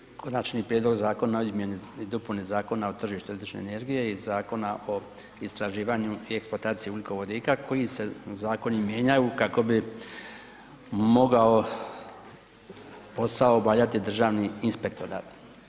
Podržavam Konačni prijedlog zakona o izmjeni i dopuni Zakona o tržištu električne energije i Zakona o istraživanju i eksploataciji ugljikovodika, koji se zakoni mijenjaju kako bi mogao posao obavljati Državni inspektorat.